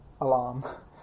alarm